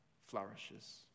flourishes